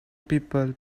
people